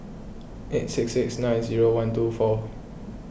eight six six nine zero one two four